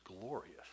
glorious